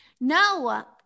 No